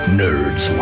nerds